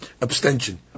abstention